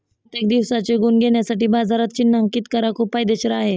प्रत्येक दिवसाचे गुण घेण्यासाठी बाजारात चिन्हांकित करा खूप फायदेशीर आहे